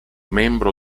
membro